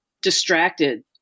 distracted